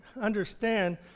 understand